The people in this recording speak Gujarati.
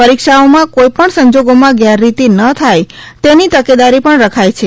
પરીક્ષાઓમાં કોઈપણ સંજોગોમાં ગેરરીતિ ન થાય તેની તકેદારી પણ રખાઈ છે